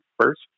first